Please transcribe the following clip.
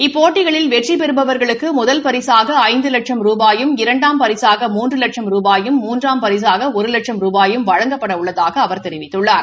இப்போட்டிகளில் வெற்றிபெறபவர்களுக்கு முதல் பரிசாக ஐந்து லட்சும் ரூபாயும் இரண்டாம் பரிசாக மூன்று லட்சும் ரூபாயும் மூன்றாம் பரிசாக ஒரு லட்சும் ரூபாயும் வழங்கப்பட உள்ளதாக அவர் தெரிவித்துள்ளார்